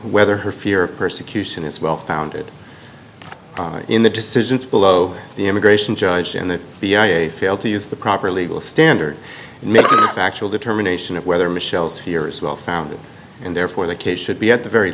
whether her fear of persecution is well founded in the decision below the immigration judge and the b i a fail to use the proper legal standard factual determination of whether michelle's here is well founded and therefore the case should be at the very